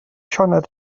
sioned